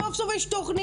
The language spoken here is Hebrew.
סוף סוף יש תוכנית,